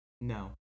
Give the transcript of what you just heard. No